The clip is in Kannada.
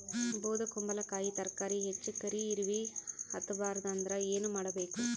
ಬೊದಕುಂಬಲಕಾಯಿ ತರಕಾರಿ ಹೆಚ್ಚ ಕರಿ ಇರವಿಹತ ಬಾರದು ಅಂದರ ಏನ ಮಾಡಬೇಕು?